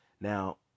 now